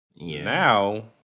Now